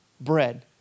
bread